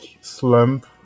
slump